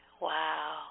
wow